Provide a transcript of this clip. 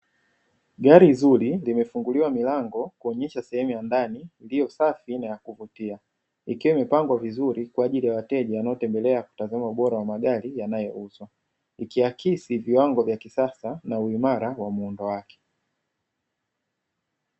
Gari zuri limefunguliwa milango kuonyesha sehemu ya ndani iliyo safi na ya kuvutia, ikiwa imepangwa vizuri kwaajili ya wateja wanaotembelea na kutazama ubora wa magari yanayo uzwa, ikiakisi viwango vya kisasa na uimara wa muundo wake.